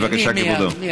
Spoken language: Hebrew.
בבקשה, כבודו.